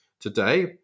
today